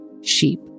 sheep